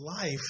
life